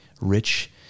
rich